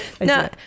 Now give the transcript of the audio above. no